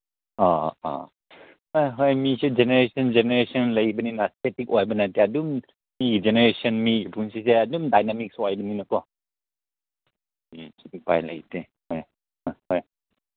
ꯑ ꯑ ꯍꯣꯏ ꯍꯣꯏ ꯃꯤꯁꯤ ꯖꯦꯅꯦꯔꯦꯁꯟ ꯖꯦꯅꯦꯔꯦꯁꯟ ꯂꯩꯕꯅꯤꯅ ꯏꯁꯇꯦꯇꯤꯛ ꯑꯣꯏꯕ ꯅꯠꯇꯦ ꯑꯗꯨꯝ ꯃꯤꯒꯤ ꯖꯦꯅꯦꯔꯦꯁꯟ ꯃꯤꯒꯤ ꯄꯨꯟꯁꯤꯁꯦ ꯑꯗꯨꯝ ꯗꯥꯏꯅꯥꯃꯤꯛꯁ ꯑꯣꯏꯕꯅꯤꯅꯀꯣ ꯎꯝ ꯎꯄꯥꯏ ꯂꯩꯇꯦ ꯍꯣꯏ ꯍꯣꯏ